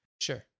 sure